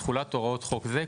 מתחולת הוראת חוק זה,